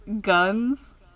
guns